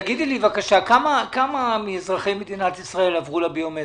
כמה מאזרחי מדינת ישראל עברו לביומטרי?